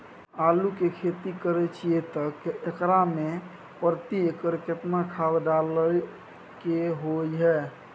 आलू के खेती करे छिये त एकरा मे प्रति एकर केतना खाद डालय के होय हय?